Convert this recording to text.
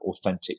authentic